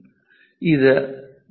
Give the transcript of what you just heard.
0 ഇത് 0